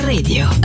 Radio